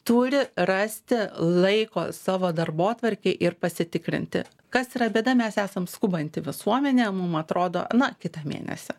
turi rasti laiko savo darbotvarkėj ir pasitikrinti kas yra bėda mes esam skubanti visuomenė mum atrodo na kitą mėnesį